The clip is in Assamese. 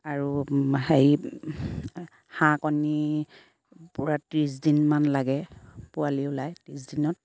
আৰু হেৰি হাঁহ কণী পুৰা ত্ৰিছ দিনমান লাগে পোৱালি ওলায় ত্ৰিছ দিনত